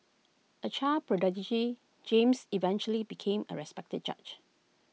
A child prodigy James eventually became A respected judge